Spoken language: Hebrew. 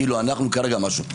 כאילו אנחנו כרגע משהו.